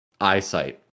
eyesight